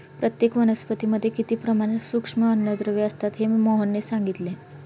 प्रत्येक वनस्पतीमध्ये किती प्रमाणात सूक्ष्म अन्नद्रव्ये असतात हे मोहनने सांगितले